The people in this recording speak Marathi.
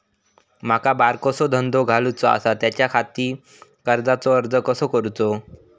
माका बारकोसो धंदो घालुचो आसा त्याच्याखाती कर्जाचो अर्ज कसो करूचो?